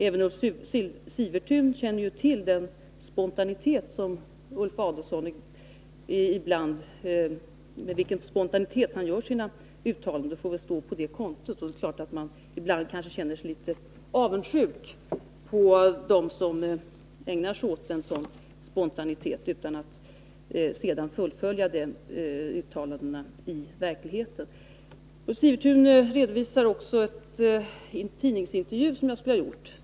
Även Ulf Sivertun känner ju till med vilken spontanitet Ulf Adelsohn ibland gör sina uttalanden, och hans uttalanden i den här frågan får vi väl skriva på det kontot. Men det är klart att man ibland känner sig litet avundsjuk på dem som kan ägna sig åt en sådan spontanitet utan att fullfölja sina uttalanden i praktiken. Ulf Sivertun åberopade också ett uttalande som jag skulle ha gjort i en tidningsintervju.